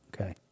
Okay